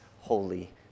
holy